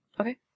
Okay